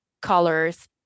colors